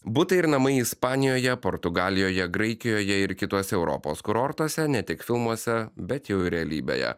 butai ir namai ispanijoje portugalijoje graikijoje ir kituose europos kurortuose ne tik filmuose bet jau ir realybėje